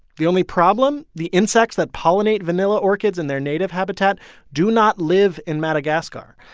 the only problem? the insects that pollinate vanilla orchids in their native habitat do not live in madagascar,